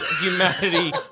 humanity